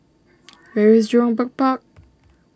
where is Jurong Bird Park